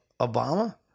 Obama